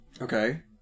Okay